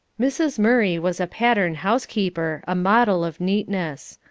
mrs. murray was a pattern housekeeper, a model of neatness.